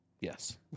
Yes